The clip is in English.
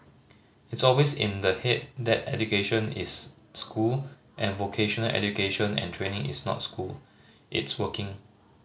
it's always in the head that education is school and vocational education and training is not school it's working